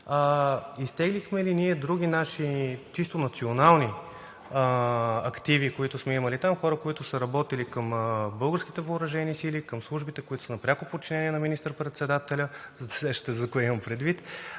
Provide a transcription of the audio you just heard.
изтеглихме ли други наши чисто национални активи, които сме имали там, хора, които са работили към българските въоръжени сили, към службите, които са на пряко подчинение на министър-председателя – досещате се кое имам предвид,